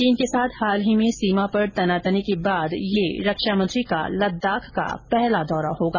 चीन के साथ हाल में सीमा पर तनातनी के बाद यह रक्षामंत्री का लद्दाख का पहला दौरा होगा